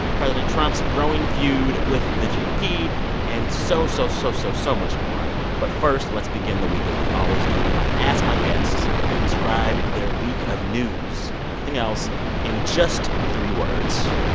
president trump's growing feud with the gop and so, so, so, so, so much more. but first, let's begin the week as we always do. i ask my guests to describe their week of news and everything else in just three words.